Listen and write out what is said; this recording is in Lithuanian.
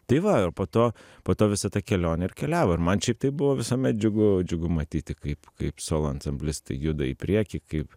tai va ir po to po to visa ta kelionė ir keliavo ir man šiaip tai buvo visuomet džiugu džiugu matyti kaip kaip solo ansamblistai juda į priekį kaip